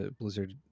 Blizzard